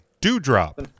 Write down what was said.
Dewdrop